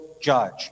judge